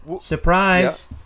surprise